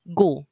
go